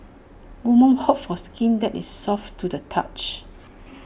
women hope for skin that is soft to the touch